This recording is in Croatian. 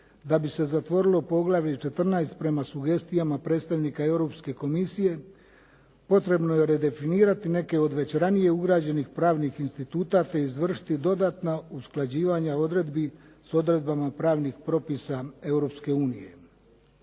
da bi se zatvorilo poglavlje 14, prema sugestijama predstavnika Europske komisije, potrebno je redefinirati neke od već ranije ugrađenih pravnih instituta te izvršiti dodatna usklađivanja odredbi s odredbama pravnih propisa Europske unije.